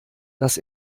dass